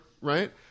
right